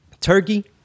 Turkey